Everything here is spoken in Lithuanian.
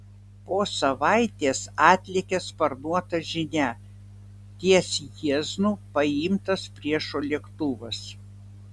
po savaitės atlėkė sparnuota žinia ties jieznu paimtas priešo lėktuvas